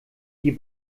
die